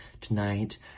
tonight